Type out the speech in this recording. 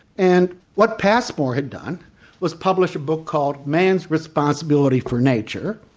and what passmore had done was publish a book called man's responsibility for nature,